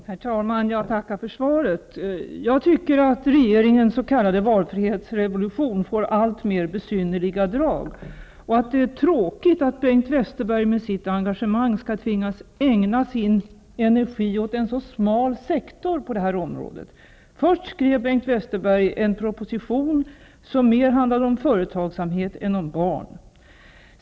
Herr talman! Jag tackar för svaret. Jag tycker att regeringens s.k. valfrihetsrevolution får alltmer besynnerliga drag, och det är tråkigt att Bengt Westerberg med sitt engagemang skall tvingas ägna sin energi åt en så smal sektor på detta område. Först skrev Bengt Westerberg en proposition, som mer handlade om företagsamhet än om barn.